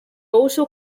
also